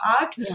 art